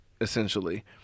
essentially